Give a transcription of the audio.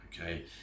okay